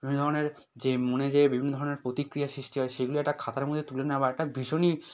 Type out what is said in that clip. বিভিন্ন ধরনের যে মনে যে বিভিন্ন ধরনের প্রতিক্রিয়া সৃষ্টি হয় সেগুলি একটা খাতার মধ্যে তুলনা নেওয়া বা একটা ভীষণই